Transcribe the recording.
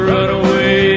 Runaway